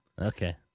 Okay